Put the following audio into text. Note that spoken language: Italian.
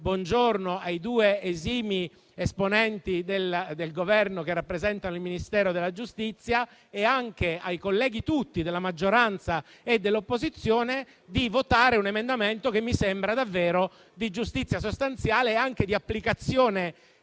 Bongiorno, ai due esimi esponenti del Governo che rappresentano il Ministero della giustizia e anche ai colleghi tutti, della maggioranza e dell'opposizione, di votare un emendamento che mi sembra davvero di giustizia sostanziale e anche di applicazione